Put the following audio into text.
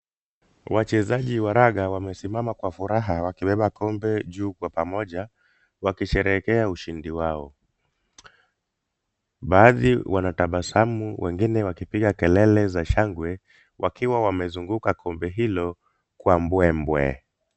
Wachezaji waraga wamesimama kwa furaha wakibeba kombe juu kwa pamoja wakisherehekea ushindi wao. Baadhi wanatabasamu wengine wakipiga kelele za shangwe wakiwa wamezunguka kombe hilo kwa mbwembwe.